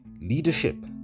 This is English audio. Leadership